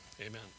amen